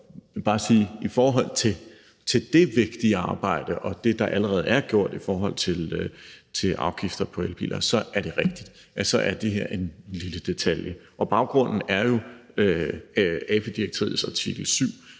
hensyn til détvigtige arbejde og det, der allerede er gjort i forhold til afgifter på elbiler, så er det rigtigt, at det her er en lille detalje. Baggrunden er jo AFI-direktivets artikel 7,